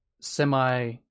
semi